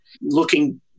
Looking